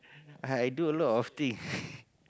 I I do a lot of thing